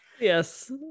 yes